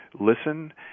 listen